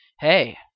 Hey